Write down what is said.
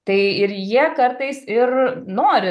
tai ir jie kartais ir nori